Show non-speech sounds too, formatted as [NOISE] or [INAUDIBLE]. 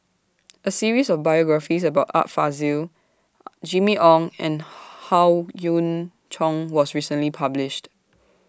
A series of biographies about Art Fazil [NOISE] Jimmy Ong and Howe Yoon Chong was recently published